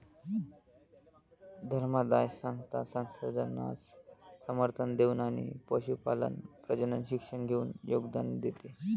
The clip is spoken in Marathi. धर्मादाय संस्था संशोधनास समर्थन देऊन आणि पशुपालन प्रजनन शिक्षण देऊन योगदान देते